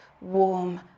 warm